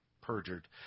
perjured